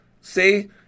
See